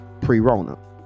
pre-Rona